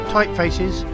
Typefaces